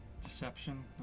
Deception